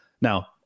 Now